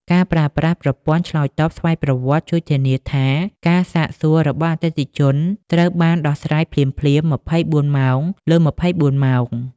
ការប្រើប្រាស់ ប្រព័ន្ធឆ្លើយតបស្វ័យប្រវត្តិ ជួយធានាថាការសាកសួររបស់អតិថិជនត្រូវបានដោះស្រាយភ្លាមៗ ២៤ ម៉ោងលើ ២៤ ម៉ោង។